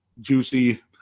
juicy –